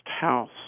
house